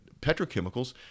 petrochemicals